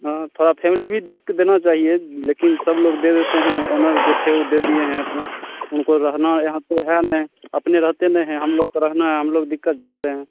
हाँ थोड़ा फैमिली भी देखकर देना चाहिए लेकिन सब लोग दे देते हैं ऑनर जो थे ऊ दे दिए हैं अपना उनको रहना यहाँ पर है ने अपना रहते नहीं हैं हम लोग तो रहना है हम लोग दिक्कत झेल रहे हैं